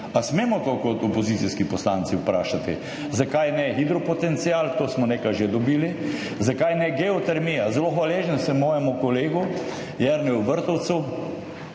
Ali smemo to kot opozicijski poslanci vprašati? Zakaj ne hidropotencial? To smo nekaj že dobili. Zakaj ne geotermija? Zelo hvaležen sem mojemu kolegu Jerneju Vrtovcu,